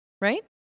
right